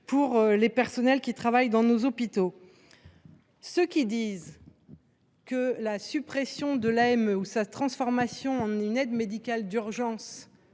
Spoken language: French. des personnels dans les hôpitaux. Ceux qui disent que la suppression de l’AME, ou sa transformation en une aide médicale d’urgence,